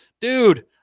dude